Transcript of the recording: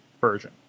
version